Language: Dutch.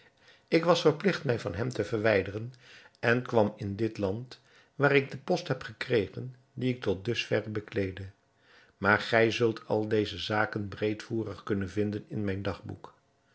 ik was verpligt mij van hem te verwijderen en kwam in dit land waar ik den post heb gekregen dien ik tot dus verre bekleedde maar gij zult al deze zaken breedvoerig kunnen vinden in mijn dagboek